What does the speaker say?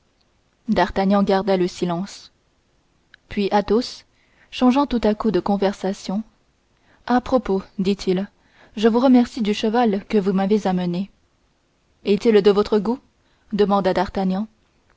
d'artagnan garda le silence puis athos changeant tout à coup de conversation à propos dit-il je vous remercie du cheval que vous m'avez amené est-il de votre goût demanda d'artagnan